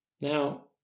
Now